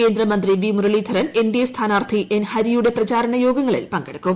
കേന്ദ്ര മന്ത്രി V Muraleedharan N D A സ്ഥാനാർത്ഥി എൻ ഹരിയുടെ പ്രചരണ യോഗങ്ങളിൽ പങ്കെടുക്കും